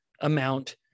amount